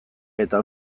eta